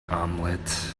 omelette